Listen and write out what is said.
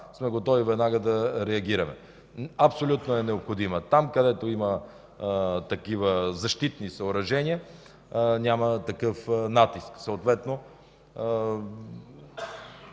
сме веднага да реагираме. Абсолютно е необходимо. Там, където има такива защитни съоръжения, няма такъв натиск. Поради